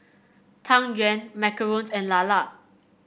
Tang Yuen macarons and lala